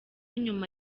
nyuma